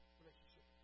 relationship